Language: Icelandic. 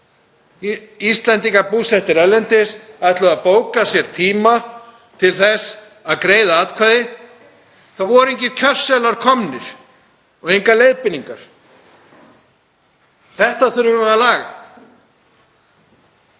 Íslendingar búsettir erlendis, ætluðu að bóka sér tíma til að greiða atkvæði voru engir kjörseðlar komnir og engar leiðbeiningar. Þetta þurfum við að laga